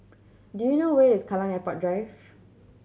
do you know where is Kallang Airport Drive